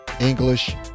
English